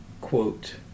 quote